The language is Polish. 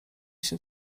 się